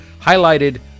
highlighted